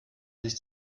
sich